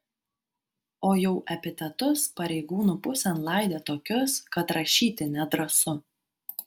o jau epitetus pareigūnų pusėn laidė tokius kad rašyti nedrąsu